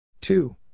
Two